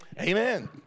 Amen